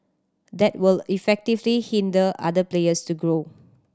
that will effectively hinder other players to grow